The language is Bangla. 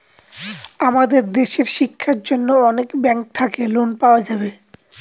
আমাদের দেশের শিক্ষার জন্য অনেক ব্যাঙ্ক থাকে লোন পাওয়া যাবে